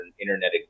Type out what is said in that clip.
internet